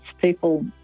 people